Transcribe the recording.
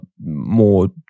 more